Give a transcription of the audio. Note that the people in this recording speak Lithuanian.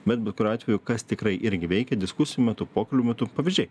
bet bet kuriuo atveju kas tikrai irgi veikia diskusijų metu pokalbių metu pavyzdžiai